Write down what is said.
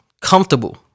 comfortable